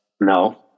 no